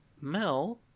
Mel